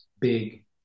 big